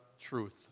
truth